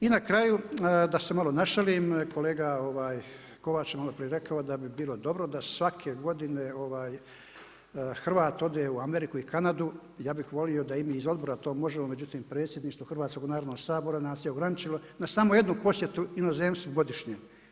I na kraju, da se malo našalim, kolega Kovač je maloprije rekao, da bi bilo dobro da se svake godine Hrvat ode u Ameriku i Kanadu, ja bi volio da i mi iz odbora to možemo, međutim predsjedništvo Hrvatskog narodnog sabora nas je ograničilo na samo jednu posjetu inozemstvu godišnje.